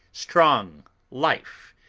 strong life,